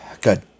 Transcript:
Good